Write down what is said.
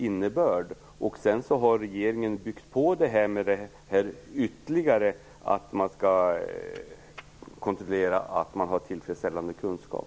Sedan har regeringen byggt på detta ytterligare med en kontroll av att det finns tillfredsställande kunskap.